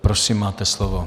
Prosím, máte slovo.